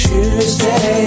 Tuesday